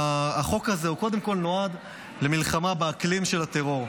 החוק הזה קודם כול נועד למלחמה באקלים של הטרור.